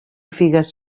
figues